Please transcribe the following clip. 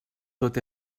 tot